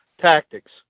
tactics